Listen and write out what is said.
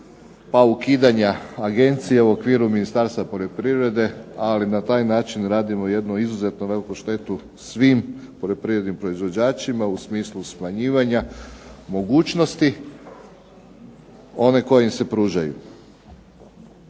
pa ukidanja agencije u okviru Ministarstva poljoprivrede, ali na taj način radimo jednu izuzetno veliku štetu svim poljoprivrednim proizvođačima u smislu smanjivanja mogućnosti one koje im se pružaju.